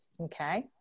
okay